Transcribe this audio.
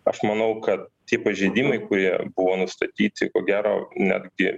aš manau kad tie pažeidimai kurie buvo nustatyti ko gero netgi